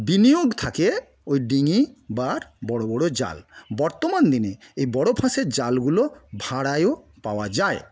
বিনিয়োগ থাকে ওই ডিঙি বা বড় বড় জাল বর্তমান দিনে এই বড় ফাঁসের জালগুলো ভাড়ায়ও পাওয়া যায়